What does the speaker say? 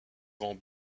vend